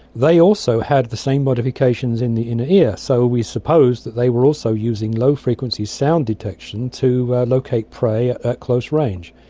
they also had the same modifications in the inner ear, so we suppose that they were also using low-frequency sound detection to locate prey at close range.